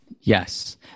Yes